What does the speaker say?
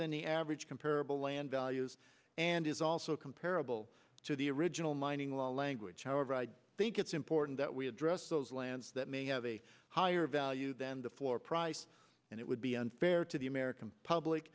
than the average comparable land values and is also comparable to the original mining law language however i think it's important that we address those lands that may have a higher value than the floor price and it would be unfair to the american public